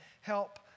help